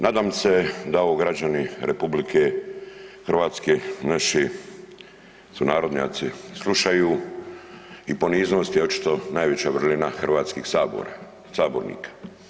Nadam se da ovo građani RH, naši sunarodnjaci slušaju i poniznost je očito najveća vrlina hrvatskih sabornika.